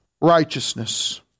righteousness